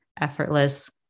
effortless